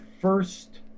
first